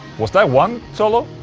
was that one solo?